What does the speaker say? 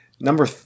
number